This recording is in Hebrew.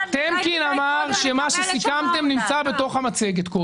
טמקין אמר שמה שסיכמתם נמצא בתוך המצגת.